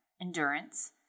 endurance